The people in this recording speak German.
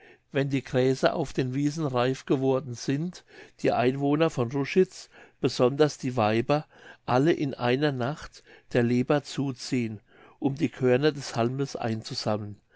wenn die gräser auf den wiesen reif geworden sind die einwohner von ruschitz besonders die weiber alle in einer nacht der leba zuziehen um die körner des halmes einzusammeln